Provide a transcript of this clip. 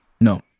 No